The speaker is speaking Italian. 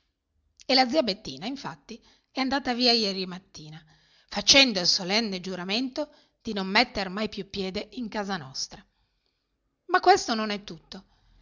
e la zia bettina infatti è andata via ieri mattina facendo il solenne giuramento dì non metter mai più piede in casa nostra ma questo non è tutto